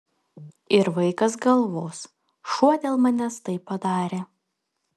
ir vaikas galvos šuo dėl manęs tai padarė